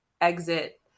exit